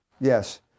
Yes